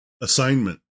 assignment